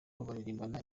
baririmbana